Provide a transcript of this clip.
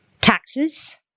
Taxes